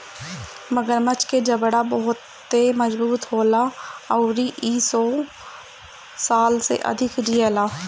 मगरमच्छ के जबड़ा बहुते मजबूत होला अउरी इ सौ साल से अधिक जिएला